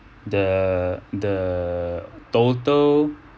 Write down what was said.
the the total